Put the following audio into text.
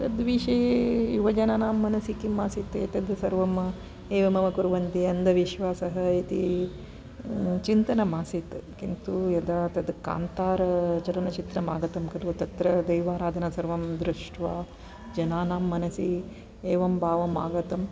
तद्विषये युवजनानां मनसि किं आसीत् ते सर्वं एवमेव कुर्वन्ति अन्धविश्वासः इति चिन्तनमासीत् किन्तु यदा तद् कान्तार चलनचित्रम् आगतं खलु तत्र दैवाराधनं सर्वं दृष्ट्वा जनानां मनसि एवं भावम् आगतं